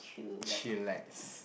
chillax